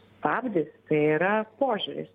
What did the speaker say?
stabdis tai yra požiūris